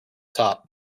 top